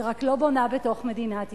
היא רק לא בונה בתוך מדינת ישראל,